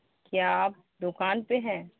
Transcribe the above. کیا آپ دکان پہ ہیں